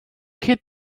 kid